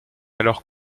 alors